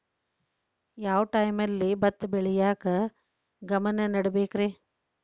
ಯಾವ್ ಟೈಮಲ್ಲಿ ಭತ್ತ ಬೆಳಿಯಾಕ ಗಮನ ನೇಡಬೇಕ್ರೇ?